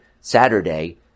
Saturday